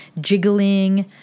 jiggling